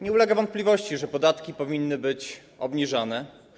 Nie ulega wątpliwości, że podatki powinny być obniżane.